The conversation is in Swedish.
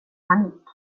panik